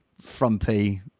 frumpy